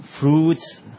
fruits